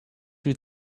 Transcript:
you